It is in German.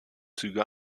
züge